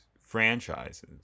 franchises